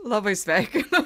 labai sveikinu